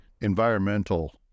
environmental